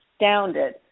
astounded